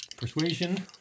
Persuasion